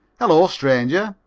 hello, stranger,